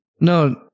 No